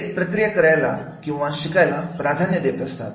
ते प्रक्रिया करायला किंवा शिकायला प्राधान्य देत असतात